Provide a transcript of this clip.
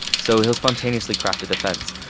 so he'll spontaneously craft a defense,